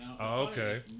Okay